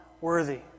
worthy